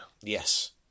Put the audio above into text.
Yes